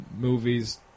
Movies